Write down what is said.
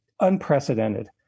unprecedented